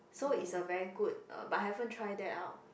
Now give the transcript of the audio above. so it's a very good uh but haven't try that out